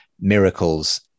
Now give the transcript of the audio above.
Miracles